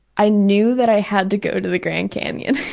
i knew that i had to go to the grand canyon.